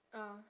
uh